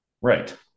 Right